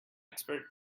expert